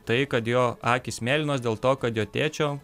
tai kad jo akys mėlynos dėl to kad jo tėčio